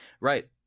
right